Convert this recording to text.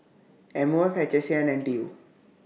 M O F H S A and N T U